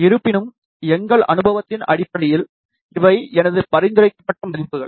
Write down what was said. இருப்பினும் எங்கள் அனுபவத்தின் அடிப்படையில் இவை எனது பரிந்துரைக்கப்பட்ட மதிப்புகள்